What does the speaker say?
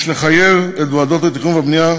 יש לחייב את ועדות התכנון והבנייה